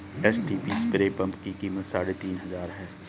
HTP spray pump की कीमत साढ़े तीन हजार है